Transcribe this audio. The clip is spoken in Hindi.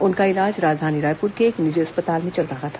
उनका इलाज राजधानी रायपुर के एक निजी अस्पताल में चल रहा था